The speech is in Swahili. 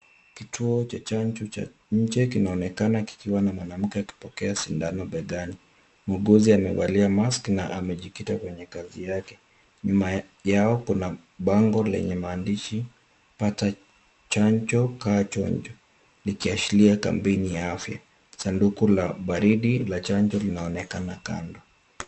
Kituo cha chanjo cha nje kinaonekana kikiwa na mwanamke akipokea sindano begani. Muuguzi amevalia [c] mask[c] na amejikita kwenye kazi yake. Nyuma yao kuna bango lenye maandishi "Pata chanjo Kaa chonjo" likiashiria kampeni ya afya. Sanduku la baridi la chanjo linaonekana kando.